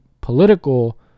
political